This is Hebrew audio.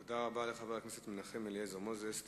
תודה רבה לחבר הכנסת מנחם אליעזר מוזס.